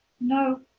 No